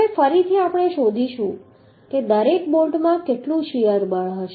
હવે ફરીથી આપણે શોધીશું કે દરેક બોલ્ટમાં કેટલું શીયર બળ હશે